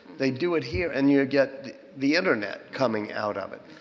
they do it here. and you get the internet coming out of it.